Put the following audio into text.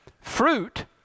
fruit